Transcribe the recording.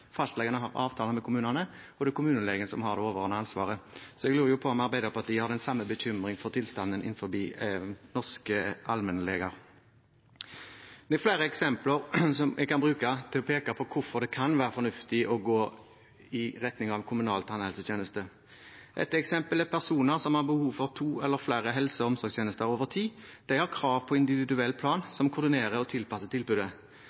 fastlegene har avtale med kommunene, og det er kommunelegen som har det overordnede ansvaret. Jeg lurer derfor på om Arbeiderpartiet har den samme bekymring for tilstanden innen den norske allmennlegetjenesten. Det er flere eksempler jeg kan bruke for å peke på hvorfor det kan være fornuftig å gå i retning av en kommunal tannhelsetjeneste. Et eksempel er personer som har behov for to eller flere helse- og omsorgstjenester over tid. De har krav på individuell plan som koordinerer og tilpasser tilbudet.